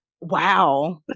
Wow